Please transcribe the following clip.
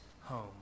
home